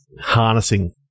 harnessing